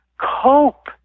cope